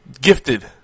gifted